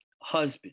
husband